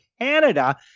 Canada